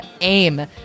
aim